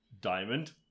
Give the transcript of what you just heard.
Diamond